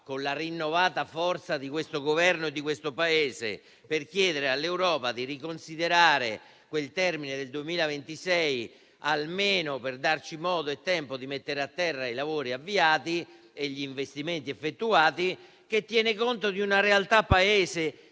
con la rinnovata forza di questo Governo di questo Paese, per chiederle di riconsiderare il termine del 2026, almeno per darci modo e tempo di mettere a terra i lavori avviati e gli investimenti effettuati. Ciò tiene conto di una realtà Paese